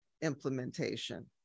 implementation